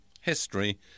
history